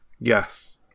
Yes